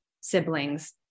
siblings